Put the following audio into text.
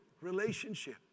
relationship